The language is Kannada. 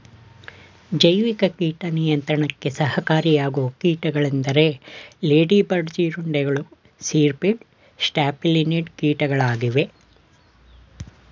ಜೈವಿಕ ಕೀಟ ನಿಯಂತ್ರಣಕ್ಕೆ ಸಹಕಾರಿಯಾಗುವ ಕೀಟಗಳೆಂದರೆ ಲೇಡಿ ಬರ್ಡ್ ಜೀರುಂಡೆಗಳು, ಸಿರ್ಪಿಡ್, ಸ್ಟ್ಯಾಫಿಲಿನಿಡ್ ಕೀಟಗಳಾಗಿವೆ